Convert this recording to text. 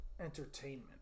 Entertainment